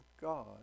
God